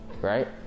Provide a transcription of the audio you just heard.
right